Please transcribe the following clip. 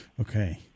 Okay